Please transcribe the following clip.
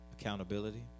Accountability